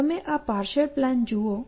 તમે આ partial plan જુઓ